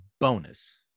bonus